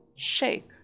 shake